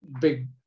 big